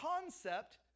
concept